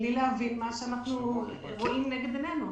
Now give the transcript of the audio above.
בלי להבין מה אנחנו רואים לנגד עינינו.